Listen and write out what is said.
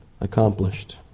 accomplished